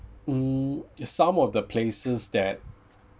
mm some of the places that